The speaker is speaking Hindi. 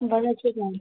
बहुत अच्छे फल हैं